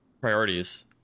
priorities